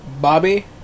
Bobby